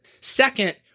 second